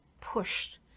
pushed